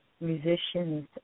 musicians